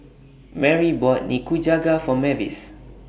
Merry bought Nikujaga For Mavis